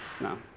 No